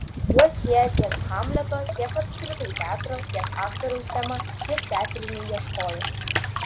juos sieja tiek hamleto tiek apskritai teatro tiek aktoriaus tema tiek teatriniai ieškojimai